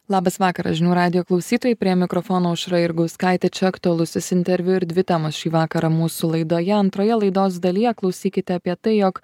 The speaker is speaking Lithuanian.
labas vakaras žinių radijo klausytojai prie mikrofono aušra jurgauskaitė čia aktualusis interviu ir dvi temos šį vakarą mūsų laidoje antroje laidos dalyje klausykite apie tai jog